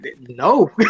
no